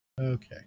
Okay